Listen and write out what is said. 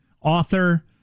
Author